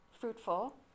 fruitful